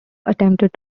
attempted